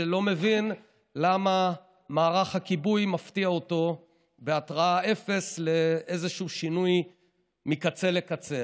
שלא מבין למה מערך הכיבוי מפתיע אותו בהתראה אפס לשינוי מקצה לקצה.